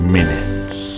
Minutes